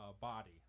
Body